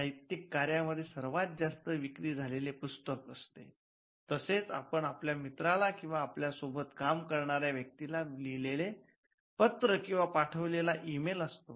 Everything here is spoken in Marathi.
साहित्यिक कार्यामध्ये सर्वात जास्त विक्री झालेले पुस्तक असते तसेच आपण आपल्या मित्राला किंवा आपल्या सोबत काम करणाऱ्या व्येक्तीला लिहीलेले पत्र किंवा पाठविलेला ईमेल असतो